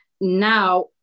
now